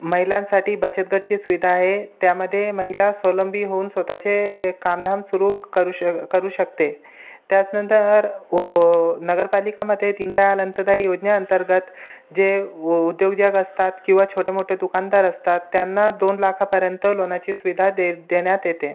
महिलांसाठी बचत गटाची सुविधा आहे त्यामध्ये महिला स्वावलंबी होऊन स्वत चे कामधाम सुरू करू श करू शकते त्याच्यानंतर ओ नगरपालिकामध्ये दीनदयाल अंतदायी योजनेअंतर्गत जे वो उद्योजक असतात किंवा छोटेमोठे दुकानदार असतात त्यांना दोन लाखापर्यंत लोनची सुविधा दे देण्यात येते